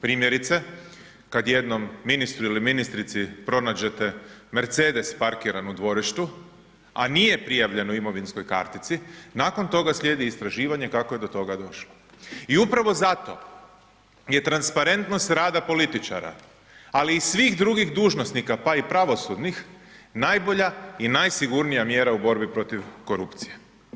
Primjerice, kad jednom ministru ili ministrici pronađete Mercedes parkiran u dvorištu, a nije prijavljen u imovinskoj kartici, nakon toga slijedi istraživanje kako je do toga došlo i upravo zato je transparentnost rada političara, ali i svih drugih dužnosnika, pa i pravosudnih najbolja i najsigurnija mjera u borbi protiv korupcije.